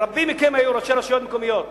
רבים מכם היו ראשי רשויות מקומיות,